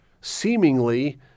seemingly